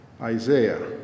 Isaiah